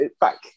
back